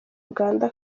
uganda